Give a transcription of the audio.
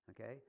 okay